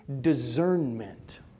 discernment